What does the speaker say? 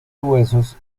huesos